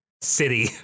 city